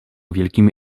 wielkimi